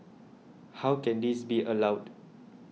how can this be allowed